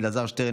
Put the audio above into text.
אלעזר שטרן,